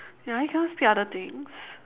ya you cannot speak other things